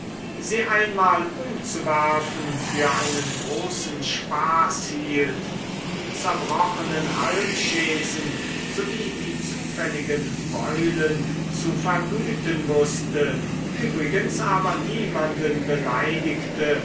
sie einmal umzuwerfen für einen großen spaß hielt die zerbrochenen halbchaisen sowie die zufälligen beulen zu vergüten wußte übrigens aber niemanden beleidigte